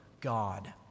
God